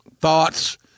thoughts